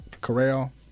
Corral